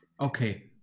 Okay